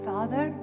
Father